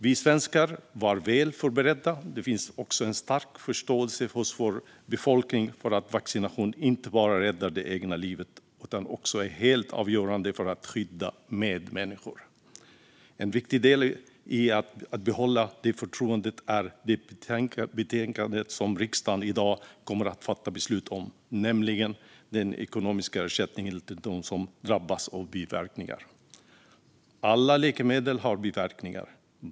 Vi svenskar var väl förberedda. Det finns också en stark förståelse hos vår befolkning för att vaccination inte bara räddar det egna livet utan också är helt avgörande för att skydda medmänniskor. En viktig del i att behålla förtroendet är det förslag i betänkandet som riksdagen i dag kommer att fatta beslut om, nämligen den ekonomiska ersättningen till dem som drabbats av biverkningar. Alla läkemedel har biverkningar.